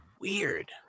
weird